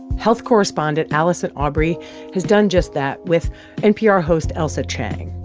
health correspondent allison aubrey has done just that with npr host ailsa chang.